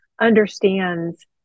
understands